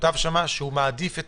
שכתב שם שמעדיף את